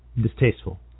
distasteful